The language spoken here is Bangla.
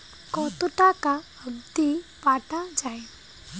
কতো টাকা অবধি পাঠা য়ায়?